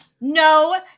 No